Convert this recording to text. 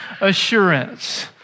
assurance